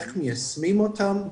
איך מיישמים אותם,